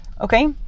Okay